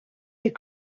des